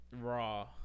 raw